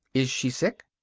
is she sick?